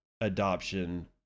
Adoption